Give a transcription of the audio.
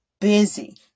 busy